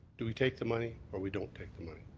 do we take the money or we don't take the money.